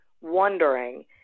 wondering